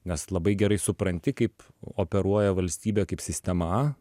nes labai gerai supranti kaip operuoja valstybė kaip sistema